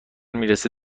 میرسه